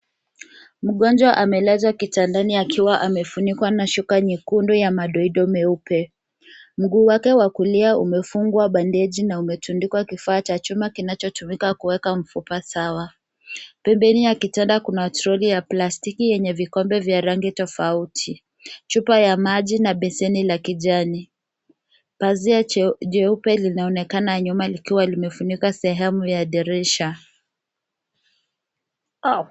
Mgonjwa amelazwa kitandani akiwa amefunikwa na shuka nyekundu ya madoido meupe. Mguu wake wa kulia umefungwa bandeji na umetundikwa kifaa cha chuma kilichotumika kuweka mfupa sawa. Pembeni ya kitanda kuna troli ya plastiki yenye vikombe vya rangi tofauti, chupa ya maji na beseni la kijani. Pazia jeupe linaonekana nyuma likiwa limefunika sehemu ya dirisha.